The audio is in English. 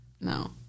No